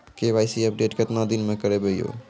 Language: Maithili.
के.वाई.सी अपडेट केतना दिन मे करेबे यो?